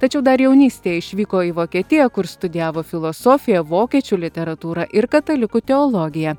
tačiau dar jaunystėj išvyko į vokietiją kur studijavo filosofiją vokiečių literatūrą ir katalikų teologiją